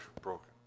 broken